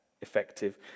effective